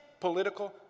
political